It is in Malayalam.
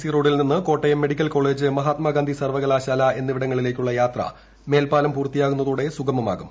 സി റോഡിൽ നിന്ന് കോട്ടയം മെഡിക്കൽ കോളജ് മഹാത്മാഗാന്ധി സർവകലാശാല എന്നിവിടങ്ങളിലേക്കുള്ള യാത്ര മേൽപ്പാലം പൂർത്തിയാകുന്നതോടെ സുഗമമാക്കും